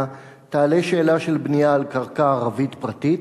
תעלה שאלה של בנייה על קרקע ערבית פרטית?